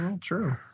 True